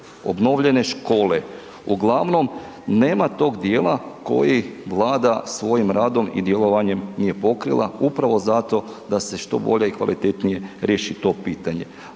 obnovljene škole, uglavnom nema tog dijela koji Vlada svojim radom i djelovanjem nije pokrila upravo zato da se što bolje i kvalitetnije riješi to pitanje.